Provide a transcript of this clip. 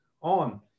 on